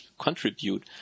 contribute